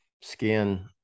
skin